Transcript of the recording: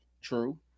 True